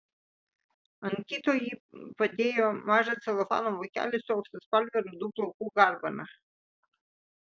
ant kito ji padėjo mažą celofano vokelį su auksaspalve rudų plaukų garbana